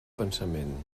pensament